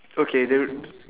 okay then